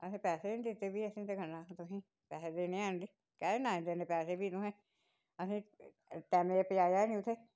अहें पैहे गै नि दित्ते फ्ही अहें केह् करना हा कि तुसेंगी पैहे देने हैन ते कैह्दे नांऽ देने पैहे फ्ही तुसेंगी असेंगी टैमै दे पजाया नि उत्थै